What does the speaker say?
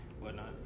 whatnot